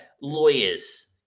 lawyers